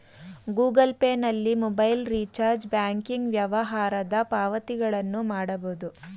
Google Pay ನಲ್ಲಿ mobile recharge, banking ವ್ಯವಹಾರದ ಪಾವತಿಗಳನ್ನು ಮಾಡಬೋದು